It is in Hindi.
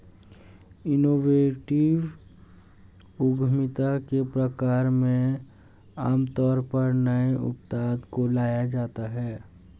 इनोवेटिव उद्यमिता के प्रकार में आमतौर पर नए उत्पाद को लाया जाता है